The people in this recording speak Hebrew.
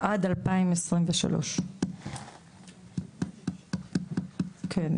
עד 2023. כן,